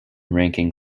ranking